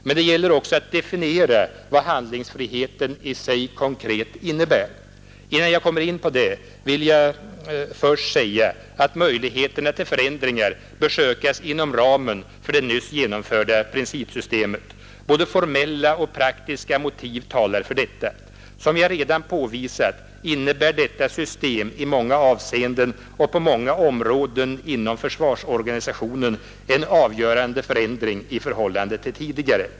Men det gäller också att definiera vad handlingsfriheten i sig konkret innebär. Innan jag kommer in på detta vill jag först säga att möjligheterna till förändringar bör sökas inom ramen för det nyss genomförda principsystemet. Både formella och praktiska motiv talar för detta. Som jag redan påvisat innebär detta system i många avseenden och på många områden inom försvarsorganisationen en avgörande förändring i förhållande till tidigare.